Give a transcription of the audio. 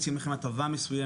ואם מציעים לכם הטבה מסוימת,